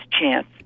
chance